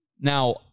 Now